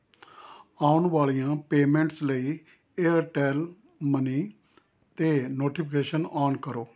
ਆਉਣ ਵਾਲੀਆਂ ਪੇਅਮੈਂਟਸ ਲਈ ਏਅਰਟੈੱਲ ਮਨੀ 'ਤੇ ਨੋਟੀਫਿਕੇਸ਼ਨ ਆਨ ਕਰੋ